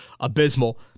Abysmal